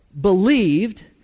believed